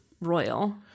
royal